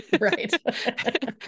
Right